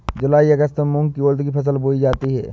जूलाई अगस्त में मूंग और उर्द की फसल बोई जाती है